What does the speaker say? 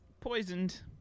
Poisoned